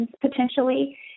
potentially